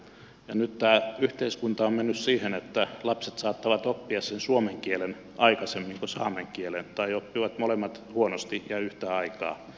nyt tämä yhteiskunta on mennyt siihen että lapset saattavat oppia suomen kielen aikaisemmin kuin saamen kielen tai oppivat molemmat huonosti ja yhtä aikaa